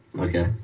Okay